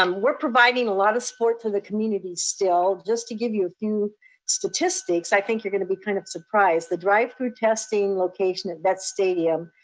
um we're providing a lot of support to the community still, just to give you a few statistics, i think you're going to be kind of surprised. the drive through testing location at that stadium,